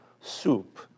soup